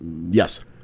yes